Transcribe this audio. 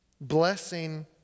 Blessing